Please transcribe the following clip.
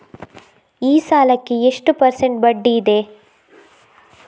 ಈ ಸಾಲಕ್ಕೆ ಎಷ್ಟು ಪರ್ಸೆಂಟ್ ಬಡ್ಡಿ ಇದೆ?